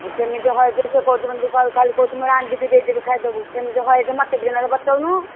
ସେମିତି ତ ଖାଲି କହୁଛି ମୁଁ ରାନ୍ଧିକି ଦେଇଦେବି ଖାଇଦେବୁ କେମିତି ହୁଏ ଯେ ମୋତେ ଟିକିଏ ବତାଉନୁ